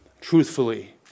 truthfully